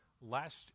Last